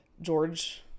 George